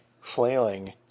flailing